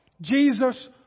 Jesus